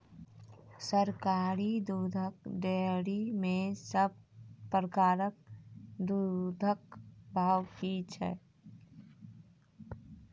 सरकारी दुग्धक डेयरी मे सब प्रकारक दूधक भाव की छै?